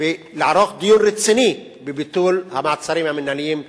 ולערוך דיון רציני בביטול המעצרים המינהליים ככלל.